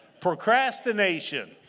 Procrastination